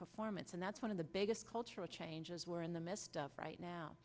performance and that's one of the biggest cultural changes we're in the midst of right